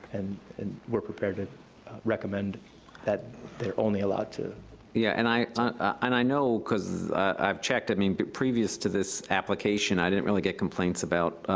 and and we're prepared to recommend that they're only allowed to yeah, and i i and know, because i've checked, i mean, but previous to this application, i didn't really get complaints about